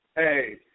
Hey